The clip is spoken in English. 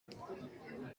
there